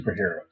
superheroes